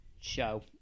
show